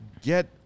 get –